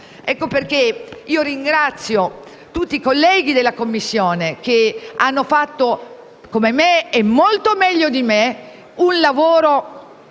Per questo ringrazio tutti i colleghi della Commissione che hanno fatto, come me e molto meglio di me, un lavoro